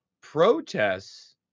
Protests